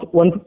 one